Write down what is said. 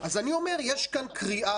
אז אני אומר שיש כאן קריאה,